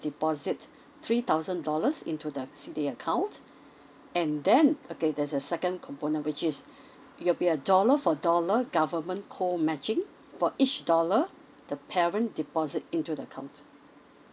deposit three thousand dollars into the C D A account and then okay there's a second component which is it will be a dollar for dollar government co matching for each dollar the parent deposit into the account